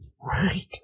Right